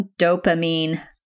dopamine